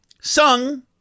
sung